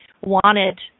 wanted